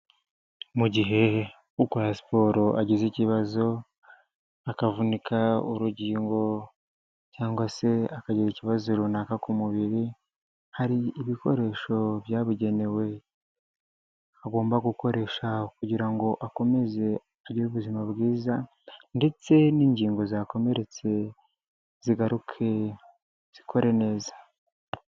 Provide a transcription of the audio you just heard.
Mu gihe ukora siporo agize ikibazo akavunika urugingo cyangwa se akagira ikibazo runaka ku mubiri, hari ibikoresho byabugenewe agomba gukoresha, kugira ngo akomeze agire ubuzima bwiza, ndetse n'ingingo zakomeretse zigaruke zikore neza.